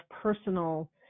personal